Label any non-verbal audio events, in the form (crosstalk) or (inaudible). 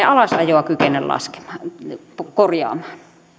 (unintelligible) alasajoa kykene korjaamaan